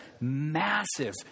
massive